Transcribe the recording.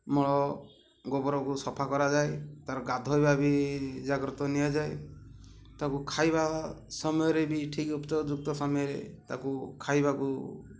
ମଳ ଗୋବରକୁ ସଫା କରାଯାଏ ତା'ର ଗାଧୋଇବା ବି ଜାଗ୍ରତ ନିଆଯାଏ ତାକୁ ଖାଇବା ସମୟରେ ବି ଠିକ୍ ଉପଯୁକ୍ତ ସମୟରେ ତାକୁ ଖାଇବାକୁ